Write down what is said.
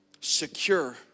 secure